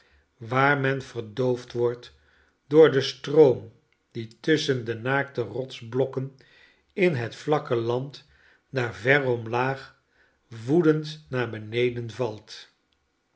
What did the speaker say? waar men verdoofd wordt door den stroom die tusschen de naakte rotsblokken in het vlakke land daar ver omlaag woedend naar beneden valt